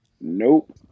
Nope